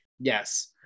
Yes